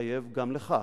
התחייב גם לכך.